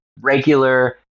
regular